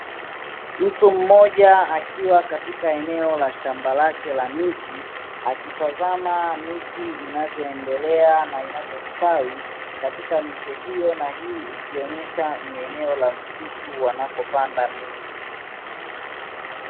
Mtu mmoja akiwa katika eneo la shamba lake la miti, akitazama miti inavyoendelea na inavyositawi katika miche hiyo na hii, ikionesha ni eneo la msitu wanako panda miti.